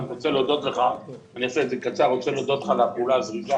אני רוצה להודות לך על הפעולה הזריזה